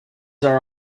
our